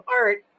art